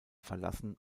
verlassen